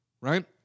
right